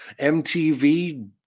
MTV